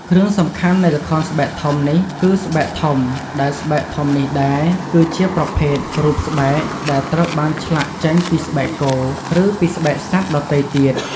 គ្រឿងសំខាន់នៃល្ខោនស្បែកធំនេះគឺ ស្បែកធំ ដែលស្បែកធំនេះដែរ គឺជាប្រភេទ រូបស្បែក ដែលត្រូវបានឆ្លាក់ចេញពី ស្បែកគោ ឬពីស្បែកសត្វដទៃទៀត។